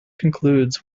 concludes